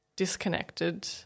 disconnected